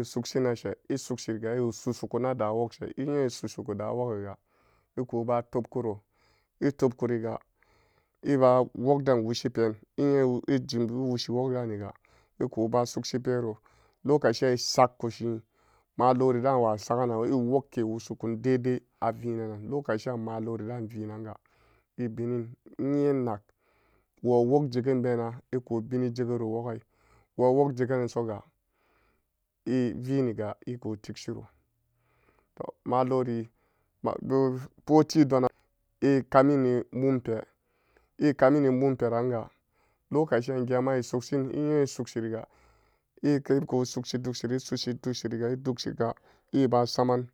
esukshina she egukshiriga esuhikuna da'a wugshe nye esushiku da'a wuggi-ga ekuba tebkuro etekriga eba wuga den wushi peen nyen-ijim ewushi wogdaniga ekuba sugshi pero loka'an esaku shien malorida'an wa saga nan ewogke wushikun daidai avin-nan lokaci'an malori da'an vien nanga ebinin nye enak wowog jegenbena eku bini jegero wogai wowog jegensoga e-viniga eku tigshira to malori poti donan ekumini mumpe ekamin mumperon ga lokaci'an gema esukshi nye esuk shiriga esogshi dogshi riga edugshiga ga eba saman.